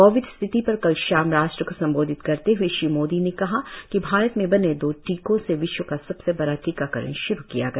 Covid स्थिति पर कल शाम राष्ट्र को संबोधित करते हए श्री मोदी ने कहा कि भारत में बने दो टीकों से विश्व का सबसे बड़ा टीकाकरण श्रु किया गया